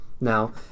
now